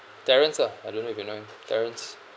terrence lah I don't know if you know him terrence